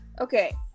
Okay